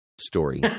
story